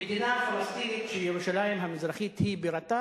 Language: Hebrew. מדינה פלסטינית שירושלים המזרחית היא בירתה,